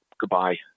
Goodbye